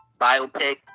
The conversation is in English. biopic